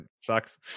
sucks